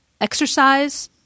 exercise